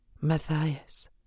Matthias